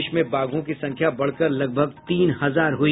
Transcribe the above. देश में बाघों की संख्या बढ़कर लगभग तीन हजार हुई